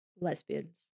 lesbians